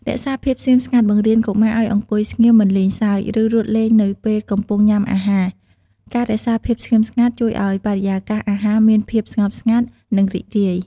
រក្សាភាពស្ងៀមស្ងាត់ បង្រៀនកុមារឲ្យអង្គុយស្ងៀម មិនលេងសើច ឬរត់លេងនៅពេលកំពុងញ៉ាំអាហារ ការរក្សាភាពស្ងៀមស្ងាត់ជួយឲ្យបរិយាកាសអាហារមានភាពស្ងប់ស្ងាត់ និងរីករាយ។